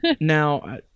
now